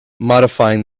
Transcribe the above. modifying